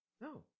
no